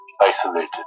isolated